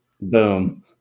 Boom